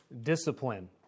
discipline